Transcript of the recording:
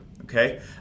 Okay